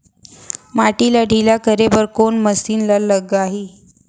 माटी ला ढिल्ला करे बर कोन मशीन लागही?